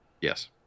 Yes